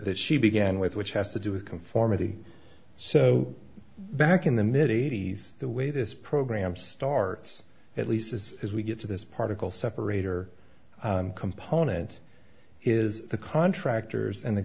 that she began with which has to do with conformity so back in the mid eighty's the way this program starts at least as we get to this particle separator component is the contractors and the